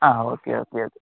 ആ okay okay okay